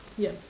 yup